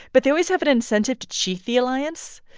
but they always have an incentive to cheat the alliance.